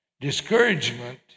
Discouragement